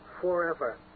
forever